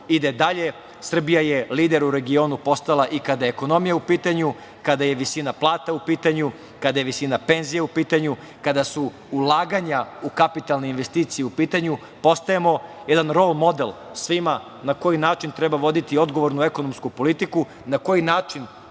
ide dalje. Srbija je lider u regionu postala i kada je ekonomija u pitanju, kada je visina plata u pitanju, kada je visina penzija u pitanju, kada su ulaganja u kapitalne investicije u pitanju, postajemo jedan rol-model svima na koji način treba voditi odgovornu i ekonomsku politiku, na koji način